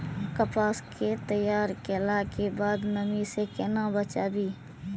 कपास के तैयार कैला कै बाद नमी से केना बचाबी?